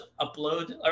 upload